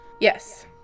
Yes